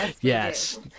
Yes